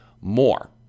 more